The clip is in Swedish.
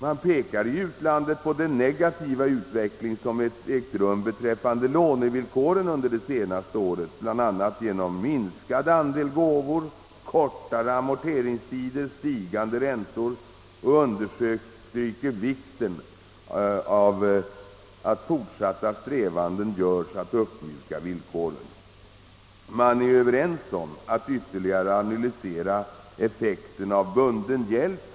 Man pekar i uttalandet på den negativa utveckling som ägt rum beträffande lånevillkoren under de senaste åren, bl.a. genom minskad andel gåvor, kortare amorteringstider och stigande räntor, och understryker vikten av att fortsatta strävanden görs att uppmjuka villkoren. Man är överens om att ytterligare analysera effekten av bunden bjälp.